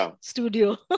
studio